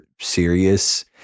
serious